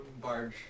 barge